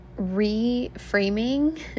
reframing